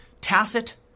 tacit